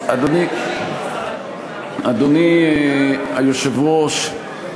אדוני היושב-ראש,